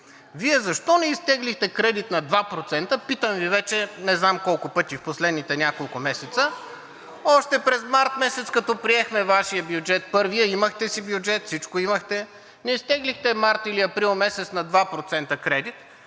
Вие защо не изтеглихте кредит на 2%?! Питам Ви вече не знам колко пъти в последните няколко месеца. Още през месец март, когато приехме Вашия бюджет – първия, имахте си бюджет, всичко имахте, защо не изтеглихте през месец март или април 2% кредит,